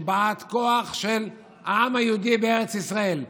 כבאת כוח של העם היהודי בארץ ישראל,